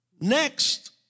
Next